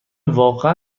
واقعا